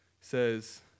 says